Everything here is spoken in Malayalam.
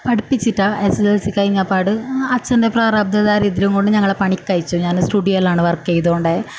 പടിപ്പിച്ചിട്ടാണ് എസ് എസ് എൽ സി കഴിഞ്ഞപാട് അച്ഛൻ്റെ പ്രാരാബ്ധ ദാരിദ്ര്യം കൊണ്ട് ഞങ്ങളെ പണിക്കയച്ചു ഞാന് സ്റ്റുഡിയോയിലാണ് വർക്ക് ചെയ്തോണ്ടായേ